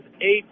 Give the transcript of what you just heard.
eight